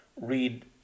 read